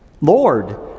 Lord